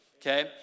okay